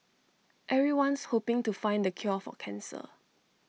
everyone's hoping to find the cure for cancer